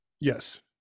Yes